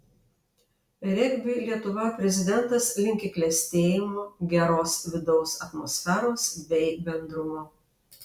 regbiui lietuvoje prezidentas linki klestėjimo geros vidaus atmosferos bei bendrumo